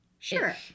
Sure